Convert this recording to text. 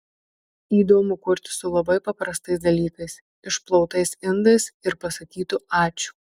įdomu kurti su labai paprastais dalykais išplautais indais ar pasakytu ačiū